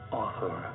author